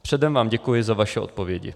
Předem vám děkuji za vaše odpovědi.